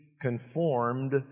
conformed